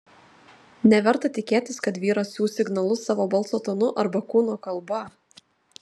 neverta tikėtis kad vyras siųs signalus savo balso tonu arba kūno kalba